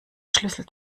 schlüssel